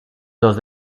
dos